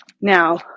Now